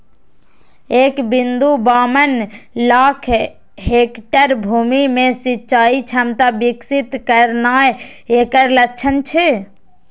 एक बिंदु बाबन लाख हेक्टेयर भूमि मे सिंचाइ क्षमता विकसित करनाय एकर लक्ष्य छै